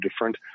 different